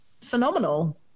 phenomenal